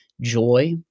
joy